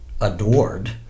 adored